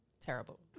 terrible